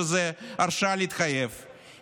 שזו הרשאה להתחייב,